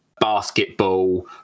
basketball